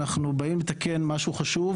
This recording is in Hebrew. אנחנו באים לתקן כאן משהו חשוב,